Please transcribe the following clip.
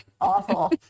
awful